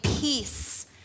peace